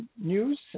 news